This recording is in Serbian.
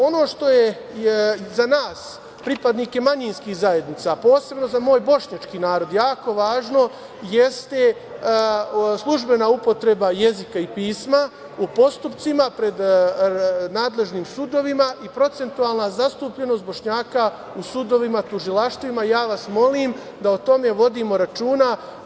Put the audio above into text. Ono što je za nas, pripadnike manjinskih zajednica, posebno za moj bošnjački narod, jako važno jeste službena upotreba jezika i pisma u postupcima pred nadležnim sudovima i procentualna zastupljenost Bošnjaka u sudovima, tužilaštvima i ja vas molim da o tome vodimo računa.